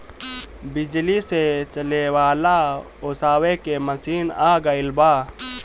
बिजली से चले वाला ओसावे के मशीन आ गइल बा